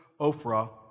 Ophrah